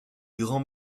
grands